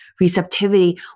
receptivity